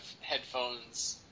headphones